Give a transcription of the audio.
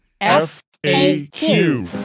F-A-Q